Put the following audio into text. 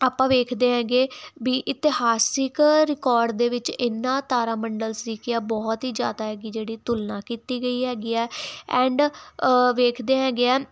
ਆਪਾਂ ਵੇਖਦੇ ਹੈਗੇ ਵੀ ਇਤਿਹਾਸਿਕ ਰਿਕਾਰਡ ਦੇ ਵਿੱਚ ਇੰਨਾ ਤਾਰਾ ਮੰਡਲ ਸੀ ਕਿ ਬਹੁਤ ਹੀ ਜਿਆਦਾ ਹੈਗੀ ਜਿਹੜੀ ਤੁਲਨਾ ਕੀਤੀ ਗਈ ਹੈਗੀ ਆ ਐਂਡ ਵੇਖਦੇ ਹੈਗੇ ਆ